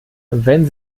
wenn